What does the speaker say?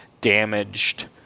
damaged